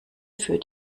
für